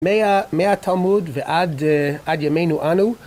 מהתלמוד ועד ימינו אנו.